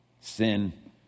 Sin